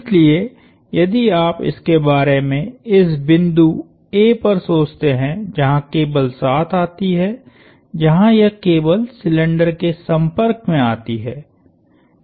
इसलिए यदि आप इसके बारे में इस बिंदु A पर सोचते हैं जहां केबल साथ आती है जहां यह केबल सिलिंडर के संपर्क में आती है